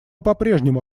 попрежнему